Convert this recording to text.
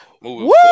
Woo